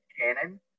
canon